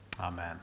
Amen